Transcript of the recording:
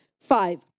five